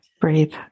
breathe